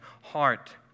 heart